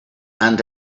and